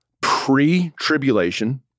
pre-tribulation